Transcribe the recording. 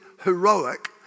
heroic